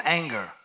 anger